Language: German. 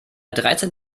dreizehn